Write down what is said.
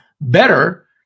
better